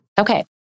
Okay